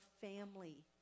family